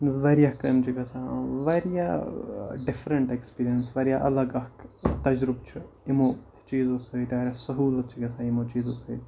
واریاہ کامہِ چھِ گژھان واریاہ ڈِفرَنٛٹ ایکٕسپیٖرینس واریاہ الگ اَکھ تجرُبہٕ چھُ یِمو چیٖزو سۭتۍ واریاہ سہوٗلَت چھِ گژھان یِمو چیٖزو سۭتۍ